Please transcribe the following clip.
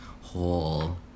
whole